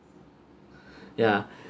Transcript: ya